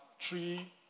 three